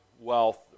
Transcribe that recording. wealth